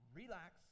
relax